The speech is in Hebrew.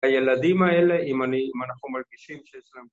הילדים האלה אם אני... אם אנחנו מרגישים שיש להם